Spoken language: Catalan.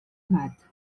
gat